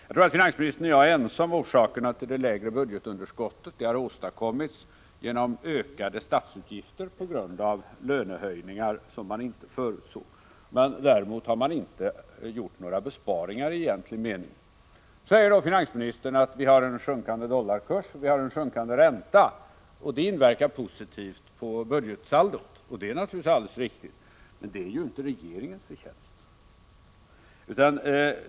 Jag tror att finansministern och jag är ense om att detta lägre budgetunderskott har åstadkommits genom ökade statsutgifter på grund av lönehöjningar som man inte förutsåg. Däremot har man inte gjort några besparingar i egentlig mening. Finansministern säger att vi har en sjunkande dollarkurs och en sjunkande ränta och att det inverkar positivt på budgetsaldot. Det är naturligtvis alldeles riktigt, men det är ju inte regeringens förtjänst.